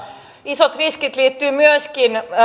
isot riskit liittyvät myöskin